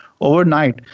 Overnight